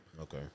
okay